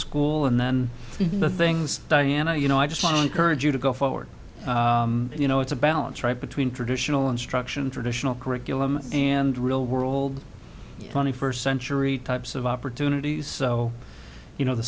school and then when the things diana you know i just find courage to go forward you know it's a balance right between traditional instruction traditional curriculum and real world twenty first century types of opportunities so you know the